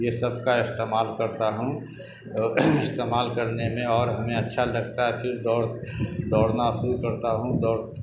یہ سب کا استعمال کرتا ہوں استعمال کرنے میں اور ہمیں اچھا لگتا ہے کہ دوڑ دوڑنا شروع کرتا ہوں دو